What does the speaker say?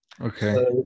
okay